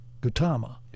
Gautama